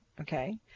okay